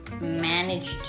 Managed